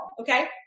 Okay